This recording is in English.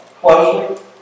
closely